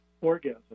orgasm